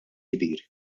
kbir